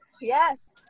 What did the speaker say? Yes